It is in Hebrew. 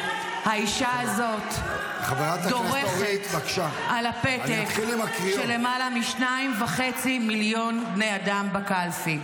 האישה הזאת דורכת על הפתק של למעלה משניים וחצי מיליון בני אדם בקלפי.